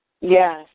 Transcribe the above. Yes